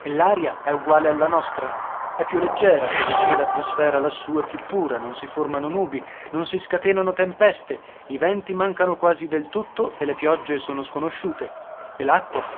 e l'aria è uguale alla nostra è più leggera cosicché l'atmosfera lassù è più pura non si formano nubi non si scatenano tempeste i venti mancano quasi del tutto e le piogge sono sconosciute e l'acqua